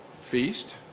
feast